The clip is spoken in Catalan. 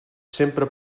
sempre